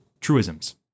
truisms